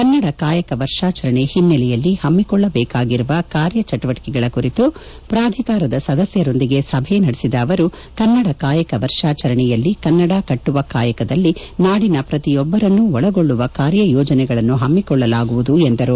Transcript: ಕನ್ನಡ ಕಾಯಕ ವರ್ಷಾಚರಣೆ ಹಿನ್ನೆಲೆಯಲ್ಲಿ ಹಮ್ಮಿಕೊಳ್ಳಬೇಕಾಗಿರುವ ಕಾರ್ಯಚಟುವಟಿಕೆಗಳ ಕುರಿತು ಪ್ರಾಧಿಕಾರದ ಸದಸ್ಯರೊಂದಿಗೆ ಸಭೆ ನಡೆಸಿದ ಅವರು ಕನ್ನಡ ಕಾಯಕ ವರ್ಷಾಚರಣೆಯಲ್ಲಿ ಕನ್ನಡ ಕಟ್ವುವ ಕಾಯಕದಲ್ಲಿ ನಾಡಿನ ಪ್ರತಿಯೊಬ್ಬರನ್ನು ಒಳಗೊಳ್ಳುವ ಕಾರ್ಯಯೋಜನೆಗಳನ್ನು ಹಮ್ಮಿಕೊಳ್ಳಲಾಗುವುದು ಎಂದರು